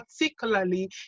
particularly